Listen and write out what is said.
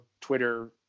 Twitter